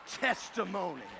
testimony